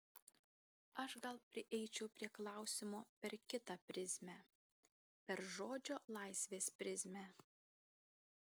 aš gal prieičiau prie klausimo per kitą prizmę per žodžio laisvės prizmę